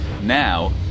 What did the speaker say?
now